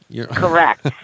Correct